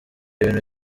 ibintu